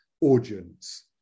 audience